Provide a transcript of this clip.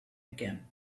again